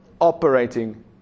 operating